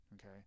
okay